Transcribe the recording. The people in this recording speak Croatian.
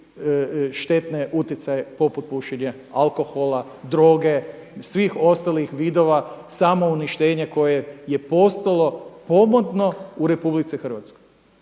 štetne utjecaje poput pušenja, alkohola, droge, svih ostalih vidova samouništenja koje je postalo pomodno u RH. Mi moramo,